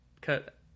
cut